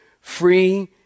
Free